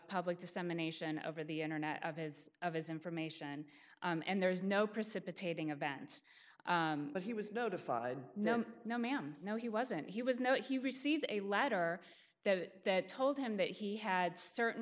public dissemination over the internet of his of his information and there is no precipitating event but he was notified no no ma'am no he wasn't he was no he received a letter that that told him that he had certain